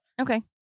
Okay